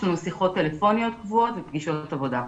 יש לנו שיחות טלפוניות קבועות ופגישות עבודה קבועות.